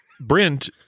Brent